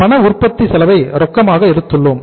பண உற்பத்தி செலவை ரொக்கமாக எடுத்துள்ளோம்